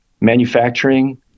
manufacturing